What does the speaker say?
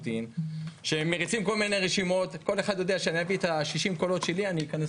כל אחד יודע שיביא את 60 הקולות שלו וייכנס